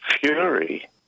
fury